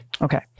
Okay